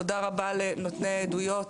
תודה רבה על נותני העדויות,